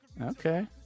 Okay